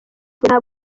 ntabwo